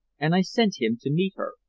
and i sent him to meet her.